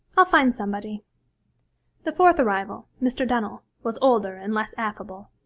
i'll find somebody the fourth arrival, mr. dunnill, was older and less affable.